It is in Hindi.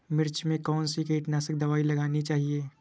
मिर्च में कौन सी कीटनाशक दबाई लगानी चाहिए?